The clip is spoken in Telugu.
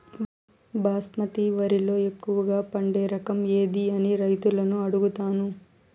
బాస్మతి వరిలో ఎక్కువగా పండే రకం ఏది అని రైతులను అడుగుతాను?